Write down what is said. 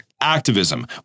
activism